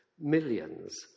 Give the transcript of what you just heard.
millions